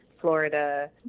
Florida